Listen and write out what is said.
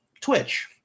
Twitch